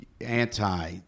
anti